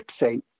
fixate